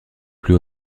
plus